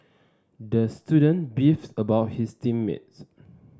the student beefed about his team mates